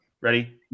Ready